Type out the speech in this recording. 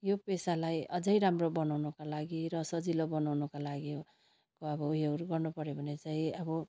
यो पेसालाई अझै राम्रो बनाउनको लागि र सजिलो बनाउनुको लागि क अब उयोहरू गर्नु पऱ्यो भने चाहिँ अब